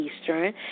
Eastern